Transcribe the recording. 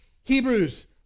Hebrews